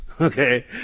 Okay